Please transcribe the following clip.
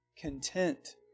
content